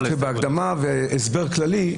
אני מתחיל בהקדמה ובהסבר כללי,